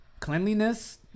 Cleanliness